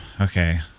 Okay